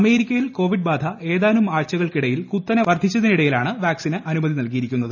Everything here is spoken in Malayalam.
അമേരിക്കയിൽ കോവിഡ് രോഗബാധ ഏതാനും ആഴ്ചകൾക്കിടയിൽ കുത്തനെ വർധിച്ചതിനിടെയാണ് വാക്സിന് അനുമതി നൽകിയിരിക്കുന്നത്